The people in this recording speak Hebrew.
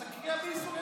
הקריאה באיסור,